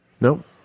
Nope